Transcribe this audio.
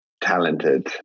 talented